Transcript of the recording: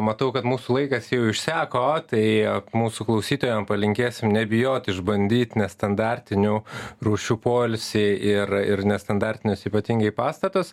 matau kad mūsų laikas jau išseko tai mūsų klausytojam palinkėsim nebijoti išbandyt nestandartinių rūšių poilsį ir ir nestandartinius ypatingai pastatus